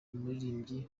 umuririmbyi